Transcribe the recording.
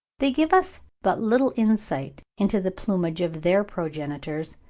they give us but little insight into the plumage of their progenitors,